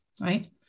right